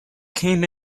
came